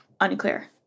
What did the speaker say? Unclear